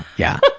yeah,